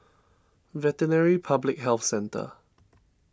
Veterinary Public Health Centre